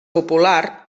popular